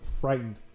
frightened